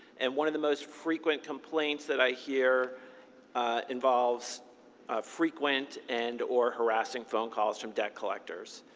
and one of the most frequent complaints that i hear involves ah frequent and or harassing phone calls from debt collectors.